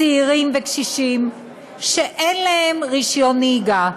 צעירים וקשישים שאין להם רישיון נהיגה,